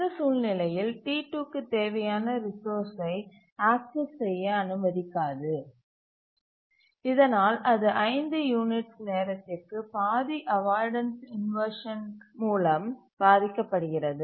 இந்த சூழ்நிலையில் T2க்கு தேவையான ரிசோர்ஸ்சை ஆக்சஸ் செய்ய அனுமதிக்காது இதனால் அது 5 யூனிட்ஸ் நேரத்திற்கு பாதி அவாய்டன்ஸ் இன்வர்ஷன் மூலம் பாதிக்கக்கப்படுகிறது